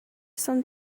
some